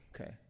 Okay